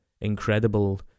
incredible